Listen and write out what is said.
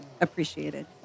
appreciated